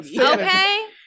okay